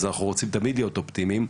אז אנחנו רוצים תמיד להיות אופטימיים,